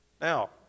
Now